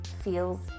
feels